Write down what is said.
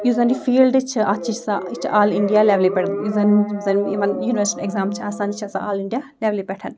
یُس زَن یہِ فیٖلڈ چھِ اَتھ سا یہِ چھِ آل اِنڈیا لٮ۪ولہِ پٮ۪ٹھ یُس زَن یِم زَن مطلب یوٗنیٖوَرسَل اٮ۪کزام چھِ آسان یہِ چھِ آسان آل اِنڈیا لٮ۪ولہِ پٮ۪ٹھ